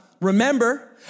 Remember